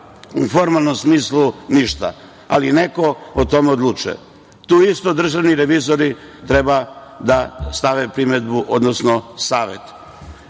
u formalnom smislu ništa, ali neko o tome odlučuje. Tu isto državni revizori treba da stave primedbu, odnosno savet. Šta